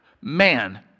man